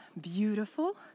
beautiful